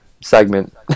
segment